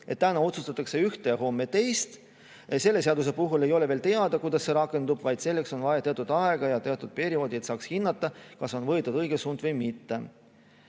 et täna otsustatakse ühte, homme teist. Selle seaduse puhul ei ole veel teada, kuidas see rakendub, vaid selleks on vaja teatud aega ja teatud perioodi, et saaks hinnata, kas on võetud õige suund või mitte.